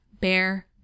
bear